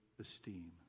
esteem